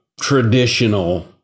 traditional